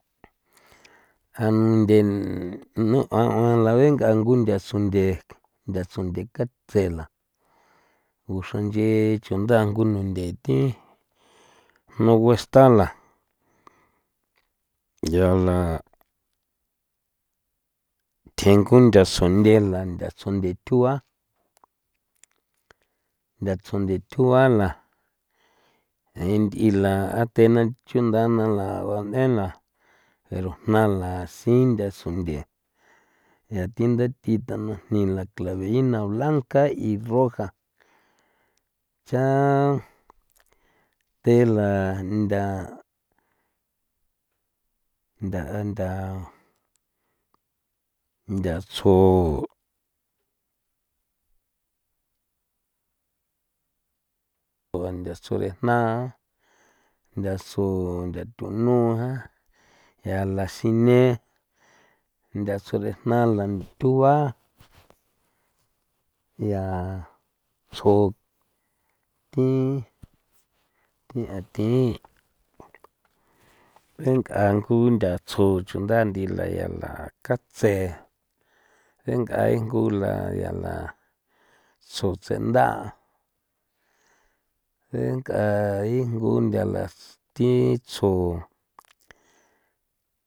A nunthe nuꞌuan 'uan la veng'a ngo ntha sunthe nthasunthe katse la nguxra nch'e chundaꞌa ngununthe thi nu guesta la yaa la thjengo nthasunthe la ntha tsjunthe thjua nthatsjon the tjua la nthꞌi la te na chunda na la n'ela pero jna la sintha sunthe yaa thi ndathi tana jni la claveina blanca y roja chaa te la ntha ntha ntha nthatsjo nthatsjo re jna nthatsjo ntha thunua ntha la sine nthatsjo re jna la thjua yaa tsjo thi thiꞌa thi enga ngo nthatsjo chunda nthꞌi la ya la katse engꞌa ngo la ya la tsjo tsendaꞌa eng'a injgo ntha la thi tsjo.